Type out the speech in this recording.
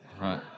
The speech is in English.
Right